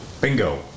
Bingo